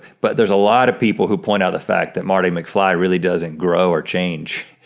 but there's a lot of people who point out the fact that marty mcfly really doesn't grow or change,